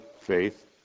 faith